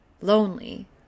lonely